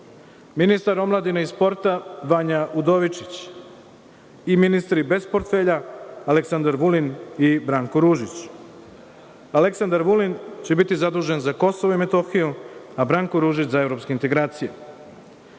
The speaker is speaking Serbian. ministar omladine i sporta Vanja Udovičić, ministri bez portfelja Aleksandar Vulin i Branko Ružić. Aleksandar Vulin će biti zadužen za Kosovo i Metohiju, a Branko Ružić za evropske integracije. Dame